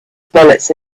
bullets